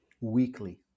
weekly